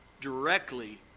directly